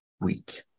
week